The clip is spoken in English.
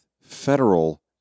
federal